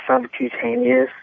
subcutaneous